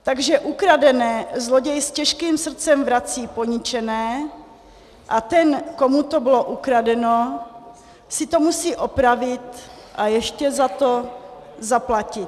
Takže ukradené zloděj s těžkým srdcem vrací poničené a ten, komu to bylo ukradeno, si to musí opravit a ještě za to zaplatit.